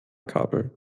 kabel